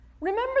Remember